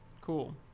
cool